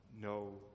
no